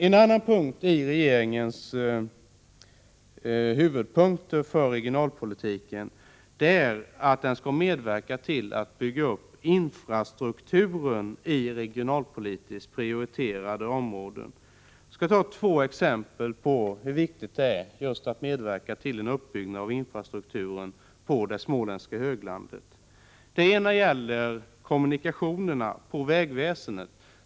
En annan av regeringens huvudpunkter för regionalpolitiken är att den skall medverka till att bygga upp infrastrukturen i regionalpolitiskt prioriterade områden. Jag skall ge två exempel på hur viktigt det är att medverka till en uppbyggnad av infrastrukturen just på det småländska höglandet. Det ena exemplet gäller kommunikationerna och vägväsendet.